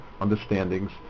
understandings